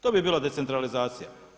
To bi bila decentralizacija.